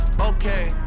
Okay